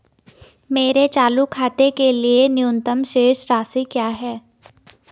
मेरे चालू खाते के लिए न्यूनतम शेष राशि क्या है?